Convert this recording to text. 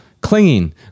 clinging